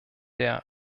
der